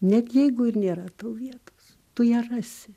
net jeigu ir nėra tau vietos tu ją rasi